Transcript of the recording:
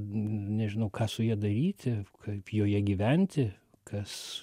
nežinau ką su ja daryti kaip joje gyventi kas